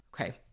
okay